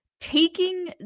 taking